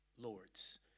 lords